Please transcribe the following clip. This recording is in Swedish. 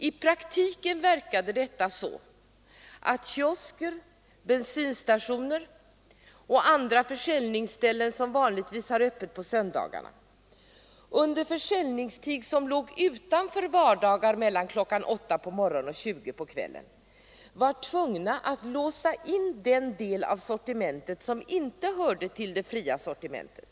I praktiken verkade detta så att kiosker, bensinstationer och andra försäljningsställen, som vanligtvis har öppet på söndagarna, under försäljningstid som låg utanför vardagar mellan kl. 8 på morgonen och kl. 20 på kvällen var tvungna att låsa in den del av sortimentet som inte hörde till det fria sortimentet.